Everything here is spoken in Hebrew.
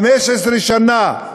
15 שנה,